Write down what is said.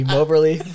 Moberly